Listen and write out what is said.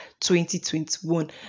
2021